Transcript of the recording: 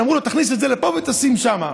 אמרו לו: תכניס את זה לפה ותשים שם.